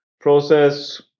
process